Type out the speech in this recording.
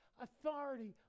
authority